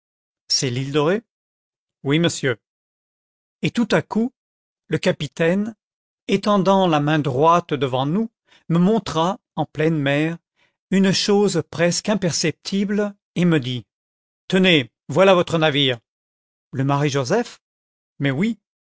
c'est l'île de ré oui monsieur et tout à coup le capitaine étendant la main droite devant nous me montra en pleine mer une chose presque imperceptible et me dit tenez voilà votre navire le marie joseph mais oui